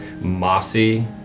mossy